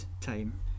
time